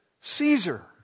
Caesar